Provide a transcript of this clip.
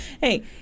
Hey